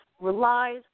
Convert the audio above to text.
relies